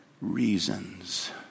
reasons